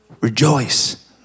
rejoice